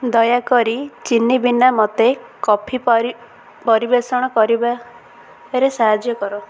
ଦୟାକରି ଚିନି ବିନା ମୋତେ କଫି ପରି ପରିବେଷଣ କରିବାରେ ସାହାଯ୍ୟ କର